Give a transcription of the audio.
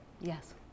Yes